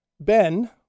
Ben